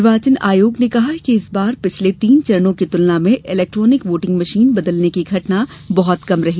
निर्वाचन आयोग ने कहा है कि इस बार पिछले तीन चरणों की तुलना में इलेक्ट्रॉनिक वोटिंग मशीन बदलने की घटना बहुत कम रही